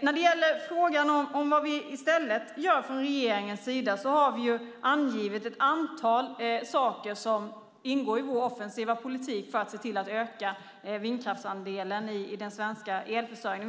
När det gäller frågan om vad vi i stället gör från regeringens sida har vi angett ett antal saker som ingår i vår offensiva politik för att se till att öka vindkraftsandelen i den svenska elförsörjningen.